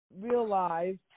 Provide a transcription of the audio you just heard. realized